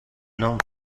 non